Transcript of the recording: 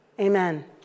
Amen